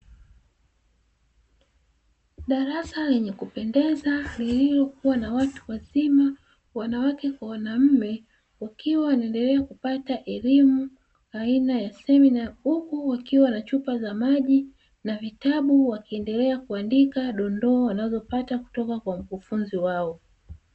Darasa lenye kupendeza lililokuwa na watu wazima wanawake kwa wanaume, wakiwa wanaendelea kupata elimu aina ya semina huku wakiwa na chupa za maji na vitabu wakiendelea kuandika dondoo wanazopata kutoka kwa mkufunzi wao.